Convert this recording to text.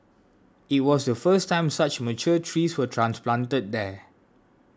it was the first time such mature trees were transplanted there